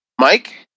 mike